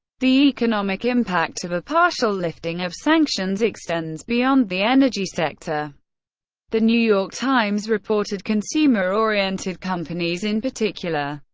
the economic impact of a partial lifting of sanctions extends beyond the energy sector the new york times reported, consumer-oriented companies, in particular,